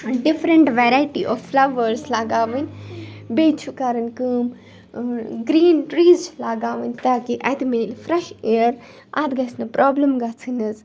different variety of flowers لَگاوٕنۍ بیٚیہِ چھِ کَرٕنۍ کٲم گرٛیٖن ٹرٛیٖز چھِ لَگاوٕنۍ تاکہِ اَتہِ میلہِ فرٛیٚش اِیَر اَتھ گژھہِ نہٕ پرٛابلِم گَژھٕنۍ حظ